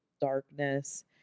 darkness